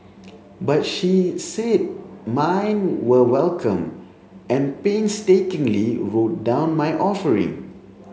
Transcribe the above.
but she said mine were welcome and painstakingly wrote down my offering